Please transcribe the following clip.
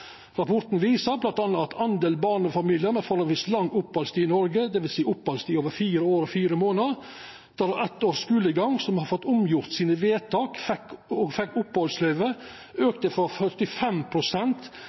Rapporten visar m.a. at andelen barnefamiliar med relativt lang opphaldstid i Noreg, dvs. opphaldstid over fire år og fire månader, derav eitt års skulegang, som har fått omgjort vedtaka sine og fekk